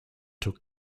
took